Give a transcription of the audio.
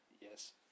Yes